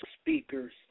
speakers